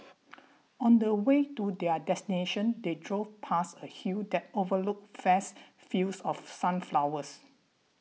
on the way to their destination they drove past a hill that overlooked vast fields of sunflowers